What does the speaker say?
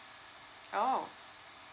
oh